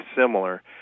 similar